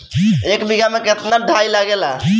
एक बिगहा में केतना डाई लागेला?